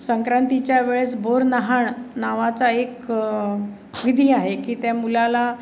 संक्रांतीच्या वेळेस बोरनहाण नावाचा एक विधी आहे की त्या मुलाला